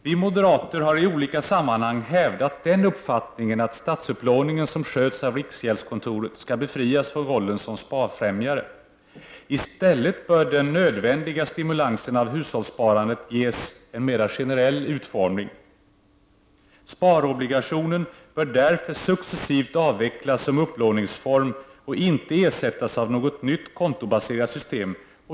Vi moderater har i olika sammanhang hävdat vår uppfattning, nämligen att den statsupplåning som görs av riksgäldskontoret skall befrias från rollen som sparfrämjare. I stället bör den nödvändiga stimulansen av hushållssparandet ges en mera generell utformning. Sparobligationen bör därför successivt avvecklas som upplåningsform. Vidare bör den inte ersättas av något nytt kontobaserat system.